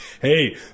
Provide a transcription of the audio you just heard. Hey